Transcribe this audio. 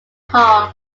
hall